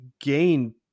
gain